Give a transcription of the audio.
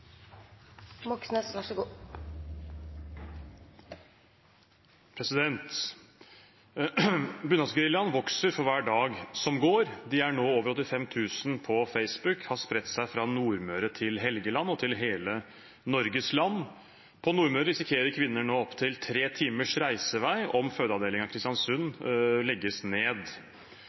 nå over 85 000 på Facebook og har spredt seg fra Nordmøre til Helgeland og til hele Norges land. På Nordmøre risikerer kvinner nå opptil tre timers reisevei om fødeavdelingen i Kristiansund legges ned.